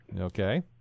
Okay